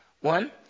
One